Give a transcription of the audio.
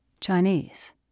Chinese